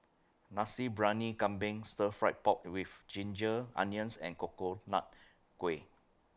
Nasi Briyani Kambing Stir Fried Pork with Ginger Onions and Coconut Kuih